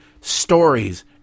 stories